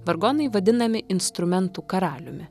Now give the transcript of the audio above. vargonai vadinami instrumentų karaliumi